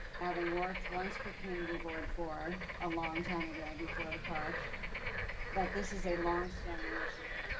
having worked once for community board for a long time ago before the park that this is a long standing issue.